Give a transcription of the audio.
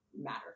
matter